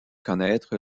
connaître